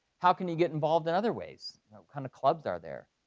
how can you get involved in other ways? what kind of clubs are there?